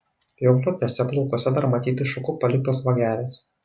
jo glotniuose plaukuose dar matyti šukų paliktos vagelės